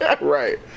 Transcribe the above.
Right